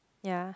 ya